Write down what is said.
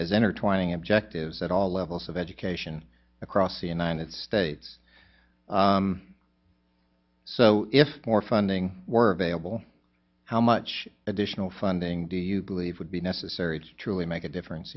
as entertaining objectives at all levels of education across the united states so if more funding were vailable how much additional funding do you believe would be necessary to truly make a difference